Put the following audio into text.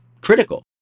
critical